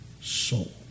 soul